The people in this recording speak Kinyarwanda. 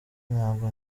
ntabwo